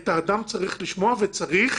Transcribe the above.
את האדם צריך לשמוע וצריך